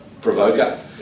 provoker